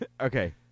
Okay